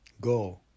Go